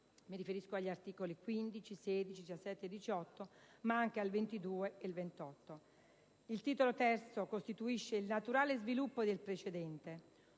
Mi riferisco agli articoli 15, 16, 17 e 18, ma anche al 22 e al 28. Il Titolo III costituisce il naturale sviluppo del precedente: